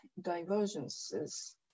divergences